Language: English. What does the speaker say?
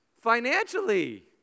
financially